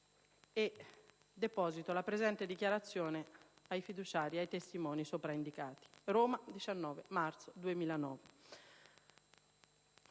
Deposito la presente dichiarazione ai fiduciari ed ai testimoni sopraindicati. Roma, 19 marzo 2009».